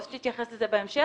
או שתתייחס לזה בהמשך,